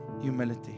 humility